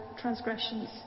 transgressions